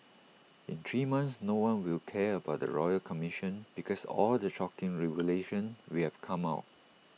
in three months no one will care about the royal commission because all the shocking revelations will have come out